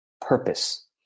purpose